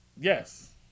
Yes